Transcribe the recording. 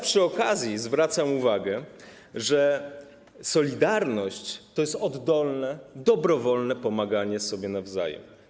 Przy okazji zwracam uwagę, że solidarność to jest oddolne, dobrowolne pomaganie sobie nawzajem.